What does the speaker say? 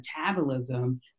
metabolism